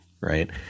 right